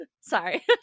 Sorry